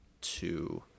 two